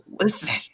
Listen